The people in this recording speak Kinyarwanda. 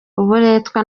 uburetwa